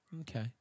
Okay